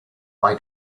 why